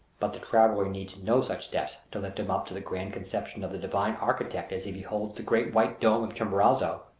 but the traveler needs no such steps to lift him up to the grand conception of the divine architect as he beholds the great white dome of chimborazo.